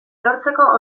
lortzeko